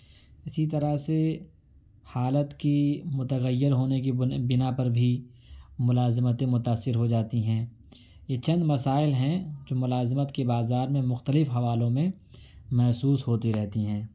اسی طرح سے حالت کی متغیر ہونے کی بنا پر بھی ملازمتیں متاثر ہوجاتی ہیں یہ چند مسائل ہیں جو ملازمت کے بازار میں مختلف حوالوں میں محسوس ہوتی رہتی ہیں